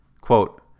Quote